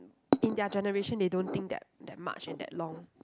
in their generation they don't think that that much and that long